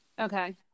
Okay